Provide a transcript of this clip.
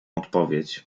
odpowiedź